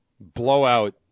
Blowout